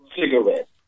cigarettes